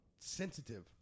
sensitive